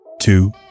two